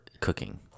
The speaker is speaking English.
cooking